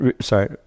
Sorry